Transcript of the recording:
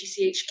GCHQ